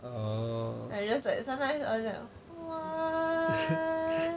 I just like sometimes you know why